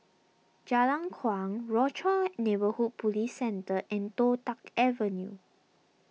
Jalan Kuang Rochor Neighborhood Police Centre and Toh Tuck Avenue